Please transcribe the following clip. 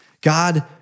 God